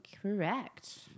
Correct